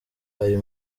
aya